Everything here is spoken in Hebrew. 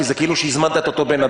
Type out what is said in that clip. כי זה כאילו הזמנת את אותו אדם.